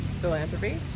philanthropy